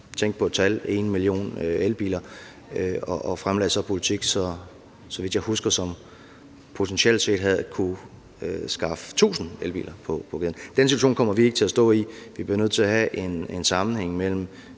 Tænk på et tal – 1 million elbiler. Og de fremlagde så en politik, som – så vidt jeg husker – potentielt set havde kunne skaffe 1.000 elbiler på gaden. Den situation kommer vi ikke til at stå i. Vi bliver nødt til at sørge for, at der er sammenhæng mellem